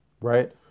right